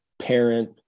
parent